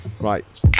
Right